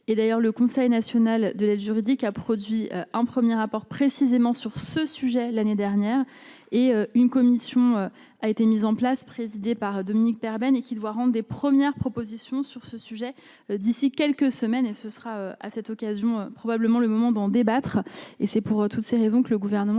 et d'ailleurs, le Conseil national de l'aide juridique a produit en 1er rapport précisément sur ce sujet, l'année dernière et une commission a été mise en place, présidée par Dominique Perben et qui doit prendre des premières propositions sur ce sujet d'ici quelques semaines, et ce sera à cette occasion, probablement le moment d'en débattre et c'est pour toutes ces raisons que le Gouvernement